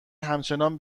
همچنان